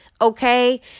okay